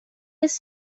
his